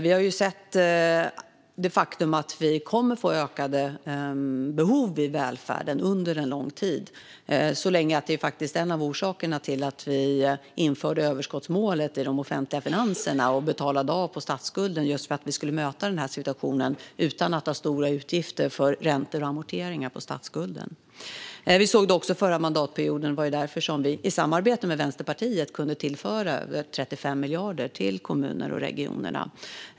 Vi har sett att vi kommer att få ökade behov i välfärden under en lång tid - så lång tid att detta faktiskt är en av orsakerna till att vi införde överskottsmålet i de offentliga finanserna och betalade av på statsskulden för att kunna möta denna situation utan att ha stora utgifter för räntor och amorteringar på statsskulden. Vi såg det också förra mandatperioden. Det var därför vi, i samarbete med Vänsterpartiet, tillförde 35 miljarder till kommuner och regioner.